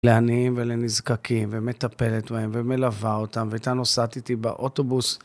לעניים ולנזקקים, ומטפלת בהם, ומלווה אותם, והיתה נוסעת איתי באוטובוס.